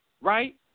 right